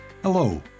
Hello